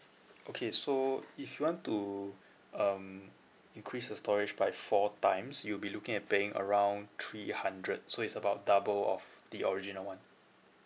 okay so if you want to um increase your storage by four times you'll be looking at paying around three hundred so it's about double of the original one